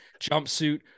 jumpsuit